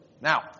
Now